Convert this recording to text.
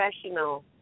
professional